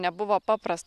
nebuvo paprasta